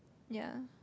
ya